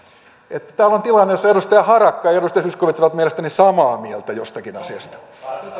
että täällä on tilanne jossa edustaja harakka ja ja edustaja zyskowicz ovat mielestäni samaa mieltä jostakin asiasta